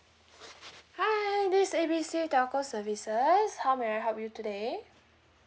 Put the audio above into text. hi this is A B C telco services how may I help you today